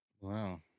Wow